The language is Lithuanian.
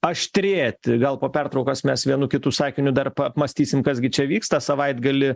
aštrėti gal po pertraukos mes vienu kitu sakiniu dar apmąstysim kas gi čia vyksta savaitgalį